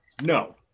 No